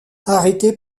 arrêté